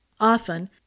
Often